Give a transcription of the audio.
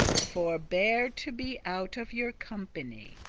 forbear to be out of your company,